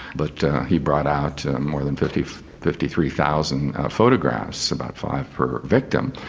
but he brought out more than fifty fifty three thousand photographs, about five per victim,